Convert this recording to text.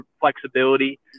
flexibility